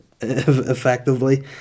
effectively